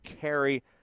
carry